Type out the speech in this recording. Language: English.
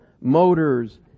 motors